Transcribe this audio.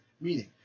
meaning